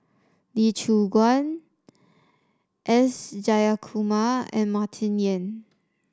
Lee Choon Guan S Jayakumar and Martin Yan